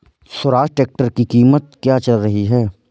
Swaraj tractor की कीमत क्या चल रही है?